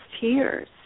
tears